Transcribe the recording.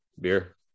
beer